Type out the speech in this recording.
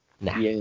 Nah